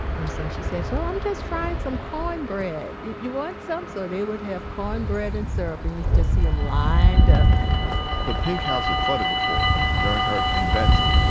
and so she said, oh, so i'm just frying some cornbread. you you want some? so they would have cornbread and syrup. and you just see them lined up the pink house had flooded before during hurricane betsy,